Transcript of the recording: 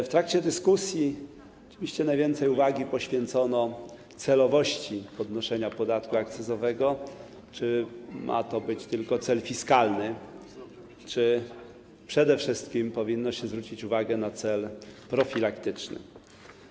W trakcie dyskusji oczywiście najwięcej uwagi poświęcono celowości podnoszenia podatku akcyzowego, temu, czy ma to być tylko cel fiskalny, czy przede wszystkim powinno się zwrócić uwagę na cel profilaktyczny.